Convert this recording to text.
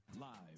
Live